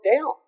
down